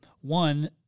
One